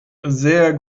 sehr